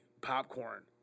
popcorn